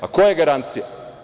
A koja je garancije?